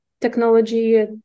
technology